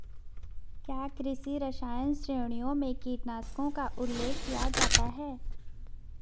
क्या कृषि रसायन श्रेणियों में कीटनाशकों का उल्लेख किया जाता है?